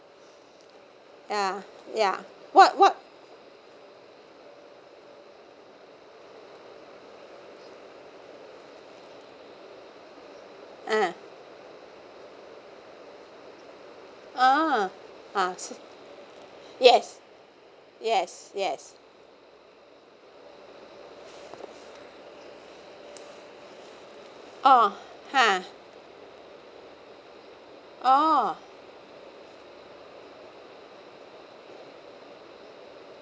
uh ya what what uh oh uh yes yes yes oh ha oh